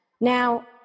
Now